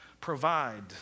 provide